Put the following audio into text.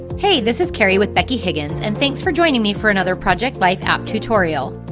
hey this is kari with becky higgins, and thanks for joining me for another project life app tutorial.